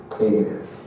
amen